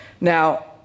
Now